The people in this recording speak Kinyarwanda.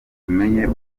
tumenye